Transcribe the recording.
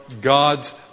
god's